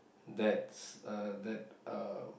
that's a that a